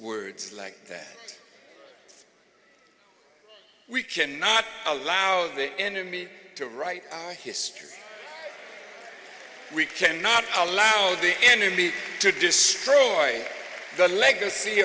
words like that we cannot allow the enemy to write history we can not allow the enemy to destroy the legacy